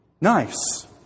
nice